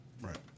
Right